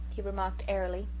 he remarked airily.